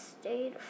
stayed